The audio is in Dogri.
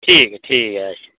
ठीक ऐ ठीक ऐ